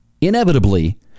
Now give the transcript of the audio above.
inevitably